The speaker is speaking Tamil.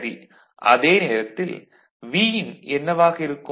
சரி அதே நேரத்தில் Vin என்னவாக இருக்கும்